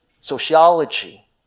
sociology